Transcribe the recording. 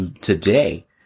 today